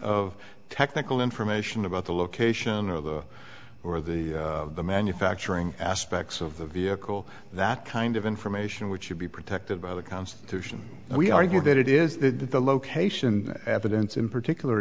of technical information about the location or the or the manufacturing aspects of the vehicle that kind of information which should be protected by the constitution and we argue that it is the location evidence in particular